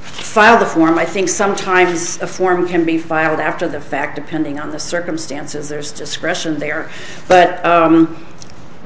file the form i think sometimes a form can be filed after the fact depending on the circumstances there is discretion there but